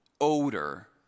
odor